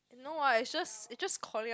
no what it's just it's just calling out